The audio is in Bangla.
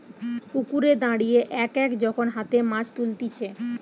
পুকুরে দাঁড়িয়ে এক এক যখন হাতে মাছ তুলতিছে